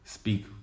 Speak